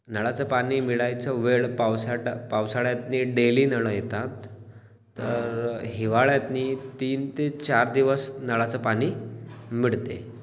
नळाचं पानी मिळायचं वेळ पावसाट पावसाळ्यातनी डेली नळ येतात तर हिवाळ्यातनी तीन ते चार दिवस नळाचं पाणी मिळते